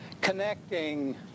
connecting